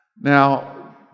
Now